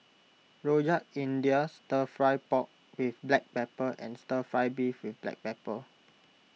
Rojak India Stir Fry Pork with Black Pepper and Stir Fry Beef with Black Pepper